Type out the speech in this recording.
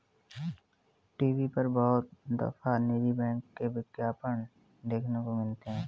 TV पर बहुत दफा निजी बैंक के विज्ञापन देखने को मिलते हैं